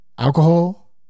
alcohol